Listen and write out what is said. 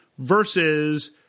Versus